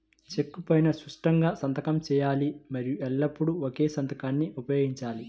చెక్కు పైనా స్పష్టంగా సంతకం చేయాలి మరియు ఎల్లప్పుడూ ఒకే సంతకాన్ని ఉపయోగించాలి